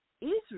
Israel